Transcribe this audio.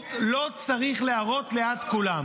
-- בורות לא צריך להראות ליד כולם